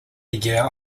year